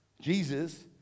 Jesus